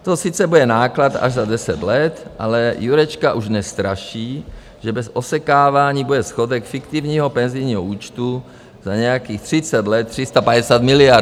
To sice bude náklad až za 10 let, ale Jurečka už dnes straší, že bez osekávání bude schodek fiktivního penzijního účtu za nějakých 30 let 350 miliard.